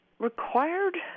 required